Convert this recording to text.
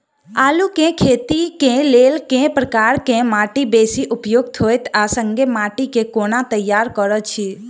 आलु केँ खेती केँ लेल केँ प्रकार केँ माटि बेसी उपयुक्त होइत आ संगे माटि केँ कोना तैयार करऽ छी?